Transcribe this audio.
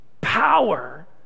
power